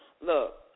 look